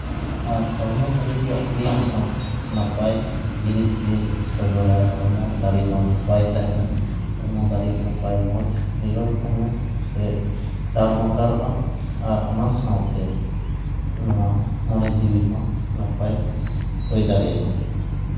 ᱟᱨ ᱦᱚᱲᱢᱚ ᱫᱟᱲᱮ ᱛᱮᱭᱟᱜ ᱜᱮᱢ ᱦᱚᱸ ᱱᱟᱯᱟᱭ ᱡᱤᱱᱤᱥᱜᱮ ᱥᱚᱫᱚᱨᱟᱭ ᱦᱚᱲᱢᱚ ᱫᱟᱲᱮ ᱦᱚᱸ ᱱᱟᱯᱟᱭ ᱛᱟᱦᱮᱱᱟ ᱦᱚᱲᱢᱚ ᱫᱟᱲᱮ ᱱᱟᱯᱟᱭ ᱢᱚᱡᱽ ᱱᱤᱨᱳᱲ ᱛᱟᱦᱮᱱᱟ ᱥᱮ ᱫᱟᱲ ᱢᱟᱠᱟᱲᱚᱜᱼᱟ ᱟᱨ ᱚᱱᱟ ᱥᱟᱶᱛᱮ ᱱᱚᱣᱟ ᱢᱚᱱᱮ ᱡᱤᱣᱤ ᱦᱚᱸ ᱱᱟᱯᱟᱭ ᱦᱚᱭ ᱫᱟᱲᱮᱭᱟᱜᱼᱟ